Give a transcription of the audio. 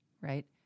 right